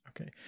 Okay